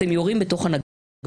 אתם יורים בתוך הנגמ"ש.